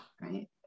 right